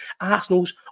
Arsenal's